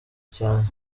cyane